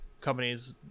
companies